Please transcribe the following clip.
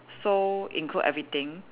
so include everything